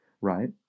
right